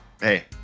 Hey